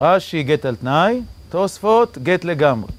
רש"י: גט על תנאי, תוספות: גט לגמרי.